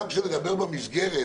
גם כשנדבר במסגרת